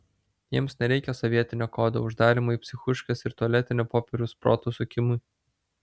jiems nereikia sovietinio kodo uždarymo į psichuškes ir tualetinio popieriaus proto sukimui